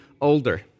older